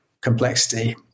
complexity